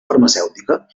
farmacèutica